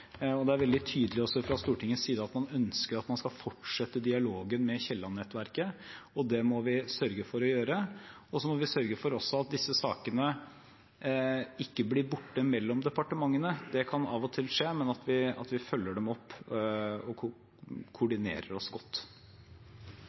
Det er veldig tydelig også fra Stortingets side at man ønsker å fortsette dialogen med Kielland-nettverket, og det må vi sørge for å gjøre. Så må vi også sørge for at disse sakene ikke blir borte mellom departementene, det kan av og til skje, men at vi følger dem opp og